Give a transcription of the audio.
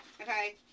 Okay